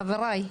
חברי,